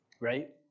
Right